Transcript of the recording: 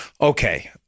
Okay